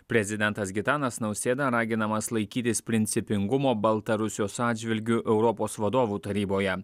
prezidentas gitanas nausėda raginamas laikytis principingumo baltarusijos atžvilgiu europos vadovų taryboje